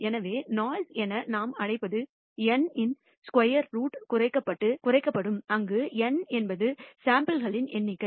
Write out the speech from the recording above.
எனவே சத்தம் என நாம் அழைப்பது N இன் ஸ்கொயர் ரூட் குறைக்கப்படும் அங்கு N என்பது சாம்பிள் களின் எண்ணிக்கை